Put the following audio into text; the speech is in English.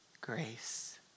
grace